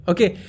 Okay